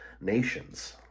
nations